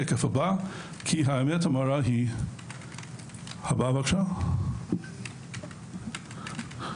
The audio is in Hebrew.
כאן יש סיכום: